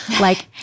like-